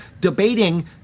debating